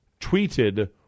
tweeted